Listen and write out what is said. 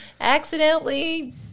accidentally